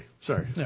Sorry